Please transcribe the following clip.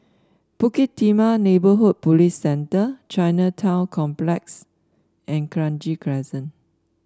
Bukit Timah Neighbourhood Police Centre Chinatown Complex and Kranji Crescent